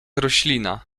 roślina